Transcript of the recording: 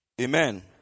Amen